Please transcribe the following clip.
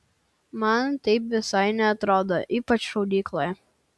man taip visai neatrodo ypač šaudykloje